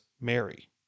Mary